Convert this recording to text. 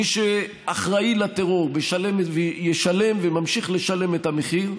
מי שאחראי לטרור משלם, ישלם וממשיך לשלם את המחיר.